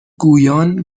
گویان